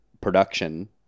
production